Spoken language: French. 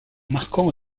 marquant